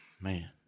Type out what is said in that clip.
man